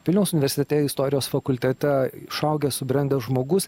vilniaus universitete istorijos fakultete išaugęs subrendęs žmogus